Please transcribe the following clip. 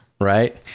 Right